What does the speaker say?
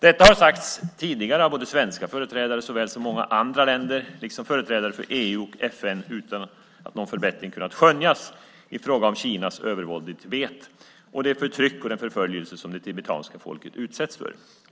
Detta har sagts tidigare av företrädare för såväl Sverige som många andra länder liksom företrädare för EU och FN utan att någon förbättring kunnat skönjas i fråga om Kinas övervåld i Tibet och det förtryck och den förföljelse som det tibetanska folket utsätts för.